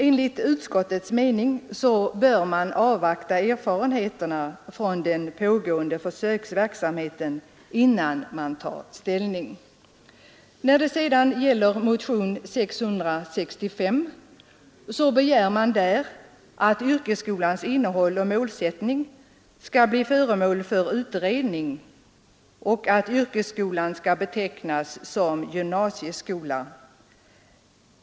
Enligt utskottets mening bör erfarenheterna från den pågående försöksverksamheten avvaktas innan ställning tas. I motionen 665 begärs att yrkesskolans innehåll och målsättning skall bli föremål för utredning och att yrkesskolan skall betecknas som gymnasieskola.